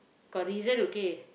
got reason okay